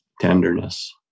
tenderness